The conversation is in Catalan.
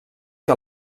que